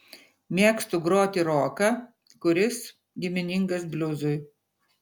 mėgstu groti roką kuris giminingas bliuzui